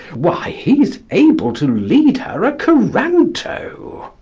why, he's able to lead her a coranto.